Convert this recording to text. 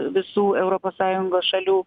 visų europos sąjungos šalių